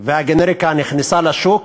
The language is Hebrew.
והגנריקה נכנסה לשוק,